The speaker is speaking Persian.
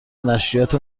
نشریات